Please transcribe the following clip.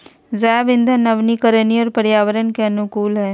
जैव इंधन नवीकरणीय और पर्यावरण के अनुकूल हइ